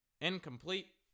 Incomplete